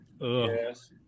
yes